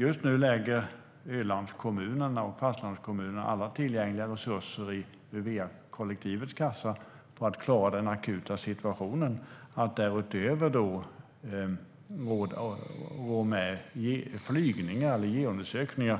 Just nu lägger Ölandskommunerna och fastlandskommunen alla tillgängliga resurser ur va-kollektivets kassa för att klara den akuta situationen. Att därutöver rå med geoundersökningar med flyg